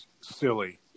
silly